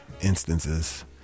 instances